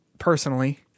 personally